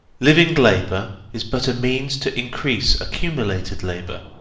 living labour is but a means to increase accumulated labour.